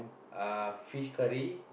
uh fish curry